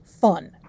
fun